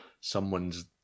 someone's